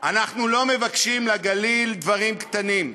אנחנו לא מבקשים לגליל דברים קטנים.